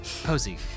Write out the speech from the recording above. Posey